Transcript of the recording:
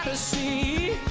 z